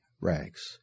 rags